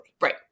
Right